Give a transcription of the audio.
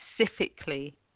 specifically